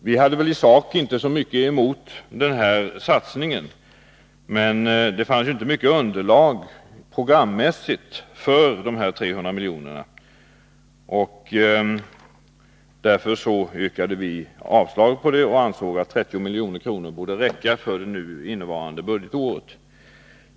Vi hade i sak inte så mycket emot den satsningen, men det fanns inte mycket underlag programmässigt för dessa 300 miljoner. Därför yrkade vi avslag på förslaget och ansåg att 30 milj.kr. borde räcka för det nu innevarande budgetåret.